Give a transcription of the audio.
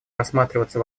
рассматриваться